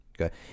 okay